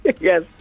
Yes